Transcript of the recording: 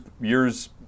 years